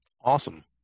awesome